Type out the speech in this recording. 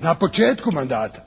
na početku mandata